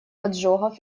поджогов